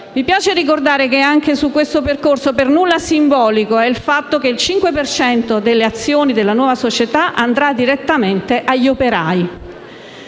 Mi piace ricordare anche su questo percorso per nulla simbolico che il 5 per cento delle azioni della nuova società andrà direttamente agli operai.